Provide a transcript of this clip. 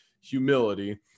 humility